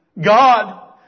God